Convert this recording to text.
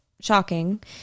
shocking